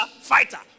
Fighter